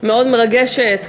מאוד מרגשת,